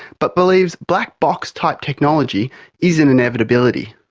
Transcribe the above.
but believes black box type technology is an inevitability.